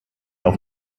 auf